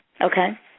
Okay